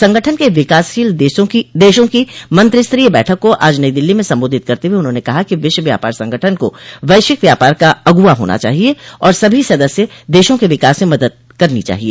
संगठन के विकासशील देशों की मंत्रिस्तरीय बैठक को आज नई दिल्ली में संबोधित करते हुए उन्होंने कहा कि विश्व व्यापार संगठन को वैश्विक व्यापार का अगुवा होना चाहिए और सभी सदस्य देशों के विकास में मदद करनी चाहिए